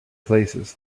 places